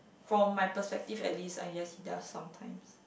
from my perspective at least ah yes he does sometimes